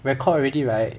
record already right